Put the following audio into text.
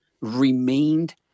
remained